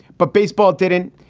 but baseball didn't.